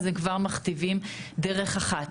אז הם כבר מכתיבים דרך אחת,